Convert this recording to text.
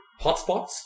hotspots